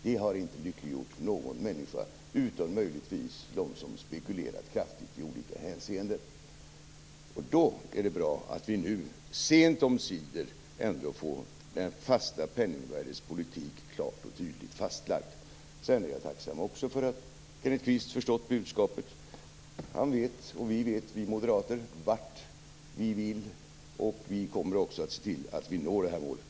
Det har inte lyckliggjort någon människa utom möjligtvis de som spekulerat kraftigt i olika hänseenden. Då är det bra att vi nu sent omsider ändå får en fast penningvärdespolitik klart och tydligt fastlagd. Sedan är jag också tacksam för att Kenneth Kvist har förstått budskapet. Han vet, och vi moderater vet, vart vi vill, och vi kommer också att se till att vi når det målet.